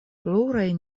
pluraj